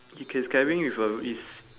he cans carrying with a is